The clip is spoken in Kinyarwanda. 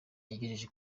yagejeje